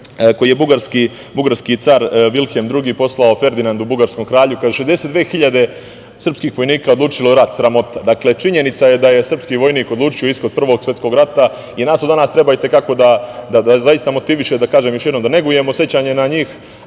koji je bugarski car Vilhem II poslao Ferdinandu, bugarskom kralju, kaže – 62.000 srpskih vojnika odlučilo je rat, sramota. Činjenica je da je srpski vojnik odlučio ishod Prvog svetskog rata i nas to danas treba da motiviše, kažem još jednom, da negujemo sećanje na njih,